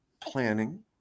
planning